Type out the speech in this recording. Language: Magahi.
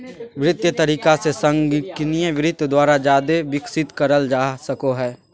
वित्तीय तरीका से संगणकीय वित्त द्वारा जादे विकसित करल जा सको हय